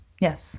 Yes